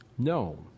No